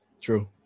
True